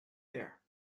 there